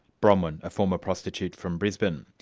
bronwyn, a former prostitute from brisbane.